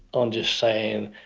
um just saying,